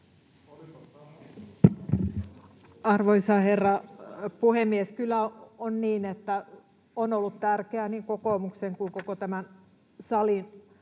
Arvoisa herra puhemies! Kyllä on niin, että on ollut tärkeää niin kokoomuksen kuin koko tämän salin